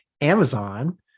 Amazon